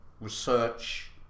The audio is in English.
research